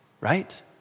right